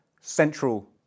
central